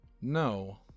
No